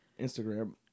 Instagram